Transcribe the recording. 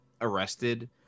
arrested